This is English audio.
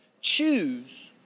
Choose